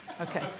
Okay